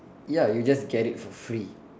ya you just get it for free